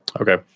Okay